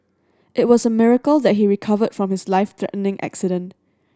it was a miracle that he recovered from his life threatening accident